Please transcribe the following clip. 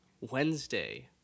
Wednesday